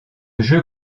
jeu